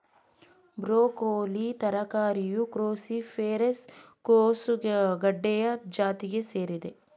broccoli ತರಕಾರಿಯು cruciferous ಕೋಸುಗಡ್ಡೆಯ ಜಾತಿಗೆ ಸೇರಿದೆ